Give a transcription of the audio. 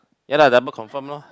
ya lah double confirm loh